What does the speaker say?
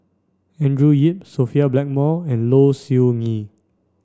Andrew Yip Sophia Blackmore and Low Siew Nghee